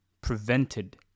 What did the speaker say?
prevented